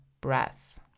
breath